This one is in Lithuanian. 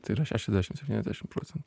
tai yra šešiasdešim septyniasdešim procentų